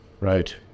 right